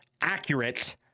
accurate